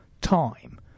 time